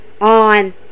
on